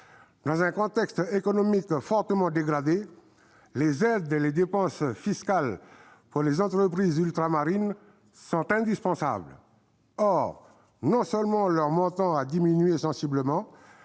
Dans un contexte économique fortement dégradé, les aides et les dépenses fiscales pour les entreprises ultramarines sont indispensables. Or, non seulement leur montant a diminué sensiblement,